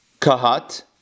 Kahat